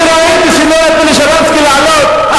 אני ראיתי כשלא נתנו לשרנסקי לעלות,